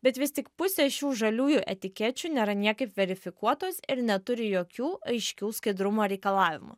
bet vis tik pusė šių žaliųjų etikečių nėra niekaip verifikuotos ir neturi jokių aiškių skaidrumo reikalavimų